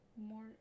more